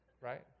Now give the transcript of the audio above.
right